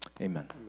Amen